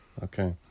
Okay